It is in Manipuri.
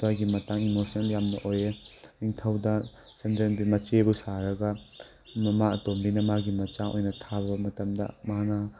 ꯑꯗꯨꯋꯥꯏꯒꯤ ꯃꯇꯥꯡ ꯏꯃꯣꯁꯅꯦꯜ ꯌꯥꯝꯅ ꯑꯣꯏꯌꯦ ꯅꯤꯡꯊꯧꯗ ꯁꯟꯗ꯭ꯔꯦꯝꯕꯤ ꯃꯆꯦꯕꯨ ꯁꯥꯔꯒ ꯃꯃꯥ ꯑꯇꯣꯝꯕꯤꯅ ꯃꯥꯒꯤ ꯃꯆꯥ ꯑꯣꯏꯅ ꯊꯥꯕ ꯃꯇꯝꯗ ꯃꯥꯅ